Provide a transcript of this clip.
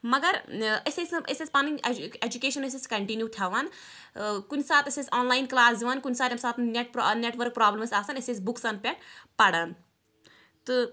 مَگر ٲں أسۍ ٲسۍ نہٕ أسۍ ٲسۍ پنٕنۍ ایٚجوکیشَن ٲسۍ أسۍ کَنٹِنو تھاوان ٲں کُنہِ ساتہٕ ٲسۍ أسۍ آنلاین کٔلاس دِوان کُنہِ ساتہٕ ییٚمہِ ساتہٕ نیٚٹ پرٛابلِم نیٚٹؤرٕک پرٛابلِم ٲس آسان أسۍ ٲسۍ بُکسَن پٮ۪ٹھ پَران تہٕ